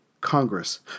Congress